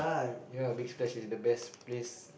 ya big splash it's the best place